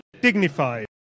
dignified